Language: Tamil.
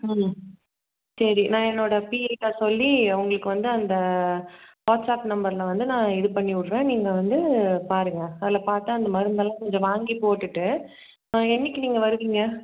ம் சரி நான் என்னோடய பிஏட்டை சொல்லி உங்களுக்கு வந்து அந்த வாட்ஸ்ஆப் நம்பரில் வந்து நான் இது பண்ணி விட்றேன் நீங்கள் வந்து பாருங்கள் அதில் பார்த்து அந்த மருந்தெல்லாம் கொஞ்சம் வாங்கி போட்டுட்டு என்னைக்கு நீங்கள் வருவீங்க